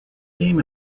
game